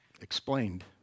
explained